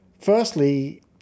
firstly